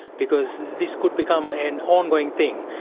because this could become an ongoing thing.